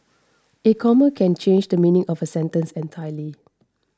a comma can change the meaning of a sentence entirely